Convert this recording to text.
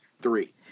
three